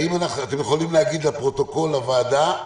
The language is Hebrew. האם אתם יכולים להגיד לפרוטוקול, לוועדה,